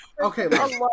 okay